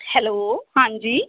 hello ਹਾਂਜੀ